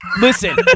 Listen